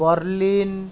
Berlin